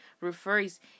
refers